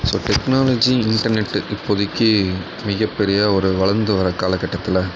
so technology internet இப்போதிக்கு மிகப்பெரிய ஒரு வளர்ந்து வர காலகட்டத்தில்